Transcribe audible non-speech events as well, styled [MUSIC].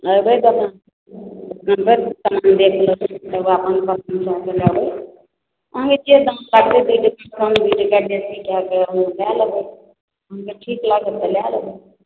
एबै दोकान [UNINTELLIGIBLE] समान देख लेबै अपन पसन्द लेबै अहाँके जे दाम लागतै कम बेसी कए कऽ दए लेबै अहाँके ठीक लागत तऽ लए लेबै